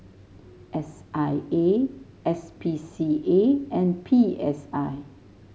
S I A S P C A and P S I